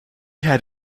had